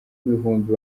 igihumbi